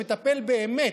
שמטפל באמת,